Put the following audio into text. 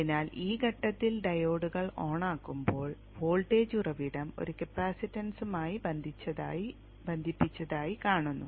അതിനാൽ ഈ ഘട്ടത്തിൽ ഡയോഡുകൾ ഓണാക്കുമ്പോൾ വോൾട്ടേജ് ഉറവിടം ഒരു കപ്പാസിറ്റൻസുമായി ബന്ധിപ്പിച്ചതായി കാണുന്നു